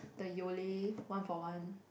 the Yole one for one